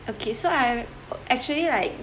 okay so I actually like